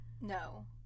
No